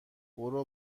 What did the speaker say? برو